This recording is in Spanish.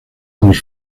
los